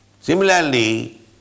Similarly